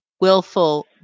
willful